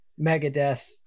Megadeth